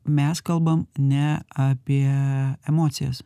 mes kalbam ne apie emocijas